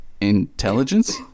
intelligence